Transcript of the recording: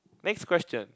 next question